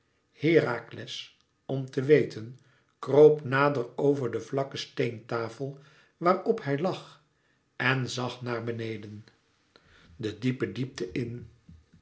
herakles om te weten kroop nader over de vlakke steentafel waar op hij lag en zag naar beneden de diepe diepte in